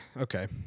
Okay